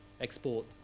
export